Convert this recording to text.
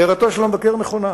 הערתו של המבקר נכונה,